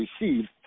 received